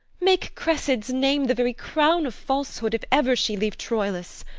make cressid's name the very crown of falsehood, if ever she leave troilus!